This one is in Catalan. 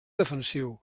defensiu